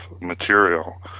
material